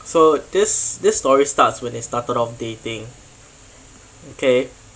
so this this story starts when they started off dating K